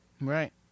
Right